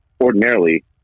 ordinarily